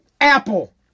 Apple